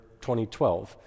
2012